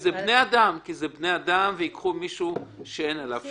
כי זה בני אדם וייקחו מישהו שאין עליו מב"ד,